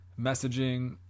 messaging